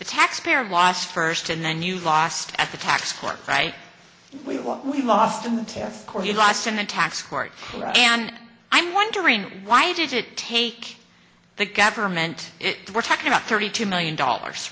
the taxpayer was first and then you lost at the tax court right we what we lost in the test score you lost in the tax court and i'm wondering why did it take the government it we're talking about thirty two million dollars